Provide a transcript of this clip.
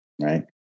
right